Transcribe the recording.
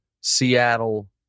Seattle